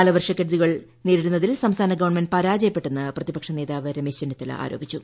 കാലവർഷക്കെടുതികൾ നേരിടുന്നതിൽ സംസ്ഥാന ഗവൺമെന്റ് പരാജയപ്പെട്ടെന്ന് പ്രതിപക്ഷ നേതാവ് രമേശ് ചെന്നിത്തല ആരോപിച്ചു